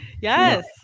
yes